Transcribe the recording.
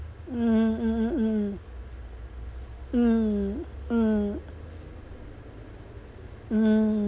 mm mm mm mm mm mm